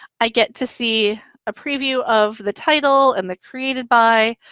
i get to see a preview of the title and the created by.